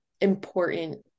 important